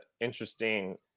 interesting